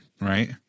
right